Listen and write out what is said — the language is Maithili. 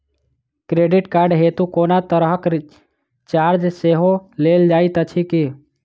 क्रेडिट कार्ड हेतु कोनो तरहक चार्ज सेहो लेल जाइत अछि की?